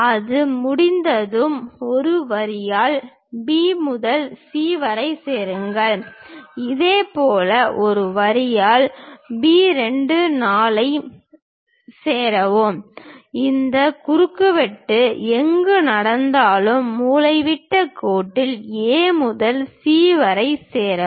அது முடிந்ததும் ஒரு வரியால் பி முதல் சி வரை சேருங்கள் இதேபோல் ஒரு வரியால் B 2 4 ஐ சேரவும் இந்த குறுக்குவெட்டு எங்கு நடந்தாலும் மூலைவிட்ட கோட்டில் A முதல் C வரை சேரவும்